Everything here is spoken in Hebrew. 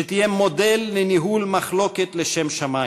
שתהיה מודל לניהול מחלוקת לשם שמים.